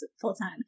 full-time